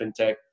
FinTech